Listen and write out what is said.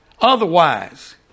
Otherwise